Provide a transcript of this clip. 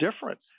different